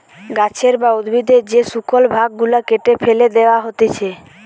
গাছের বা উদ্ভিদের যে শুকল ভাগ গুলা কেটে ফেটে দেয়া হতিছে